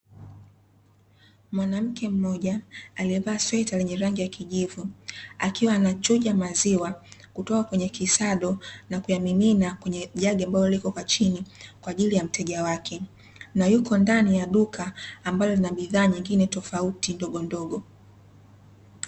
Mwanamke mmoja aliyevaa sweta lenye rangi ya kijivu, akiwa anachuja maziwa kutoka kwenye kisado, na kuyamimina kwenye jagi ambalo lipo kwa chini kwa ajili ya mteja wake. Na yuko ndani ya duka ambalo lina bidhaa nyingine tofauti ndogo ndogo.